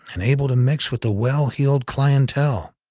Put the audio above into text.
and able to mix with the well heeled clientele.